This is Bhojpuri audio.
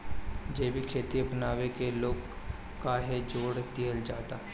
जैविक खेती अपनावे के लोग काहे जोड़ दिहल जाता?